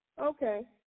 Okay